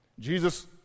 Jesus